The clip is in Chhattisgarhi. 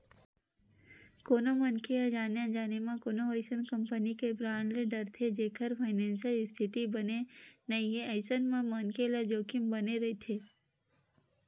कोनो मनखे ह जाने अनजाने म कोनो अइसन कंपनी के बांड ले डरथे जेखर फानेसियल इस्थिति बने नइ हे अइसन म मनखे ल जोखिम बने रहिथे